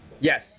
Yes